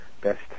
best